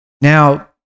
Now